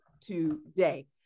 today